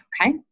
okay